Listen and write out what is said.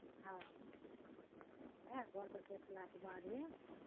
हॅं वएह घर पर देखलाके बादे